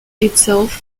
itself